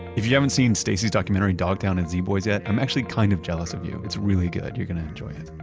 if you haven't seen stacy's documentary dogtown and z boys yet, i'm actually kind of jealous of you, it's really good, you're gonna enjoy it.